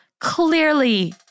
clearly